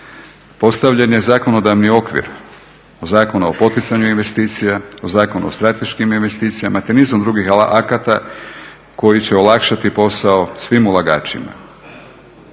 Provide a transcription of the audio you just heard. Postavljen je zakonodavni okvir o Zakonu o poticanju investicijama, o Zakonu o strateškim investicijama te nizom drugih akata koji će olakšati posao svim ulagačima.